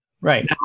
right